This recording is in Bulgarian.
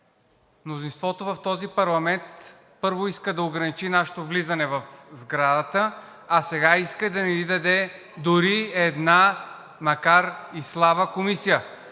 мнозинството в този парламент първо иска да ограничи нашето влизане в сградата, а сега иска и да не ни даде дори една макар и слаба комисия.